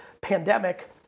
pandemic